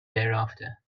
thereafter